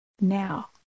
Now